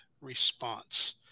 response